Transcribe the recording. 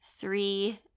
three